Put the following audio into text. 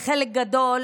בחלק גדול,